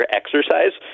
exercise